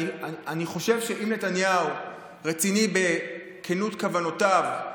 אני חושב שאם נתניהו רציני בכנות כוונותיו,